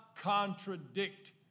contradict